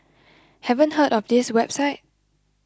haven't heard of this website